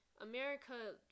america